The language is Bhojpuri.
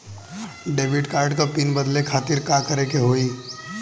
डेबिट कार्ड क पिन बदले खातिर का करेके होई?